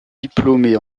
diplômée